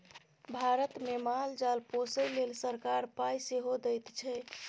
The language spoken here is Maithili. भारतमे माल जाल पोसय लेल सरकार पाय सेहो दैत छै